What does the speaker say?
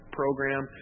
program